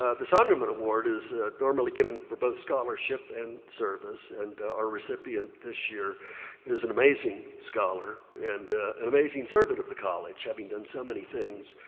ah the sondermann award is normally given for both scholarship and service. and our recipient this year is an amazing scholar and an amazing servant of the college, having done so many things.